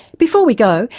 before we go,